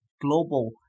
global